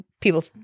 people